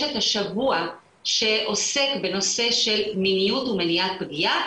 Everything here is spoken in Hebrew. יש את השבוע שעוסק בנושא של מיניות ומניעת פגיעה